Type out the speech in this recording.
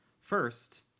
first